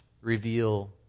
reveal